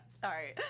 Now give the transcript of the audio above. Sorry